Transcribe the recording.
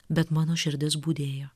bet mano širdis budėjo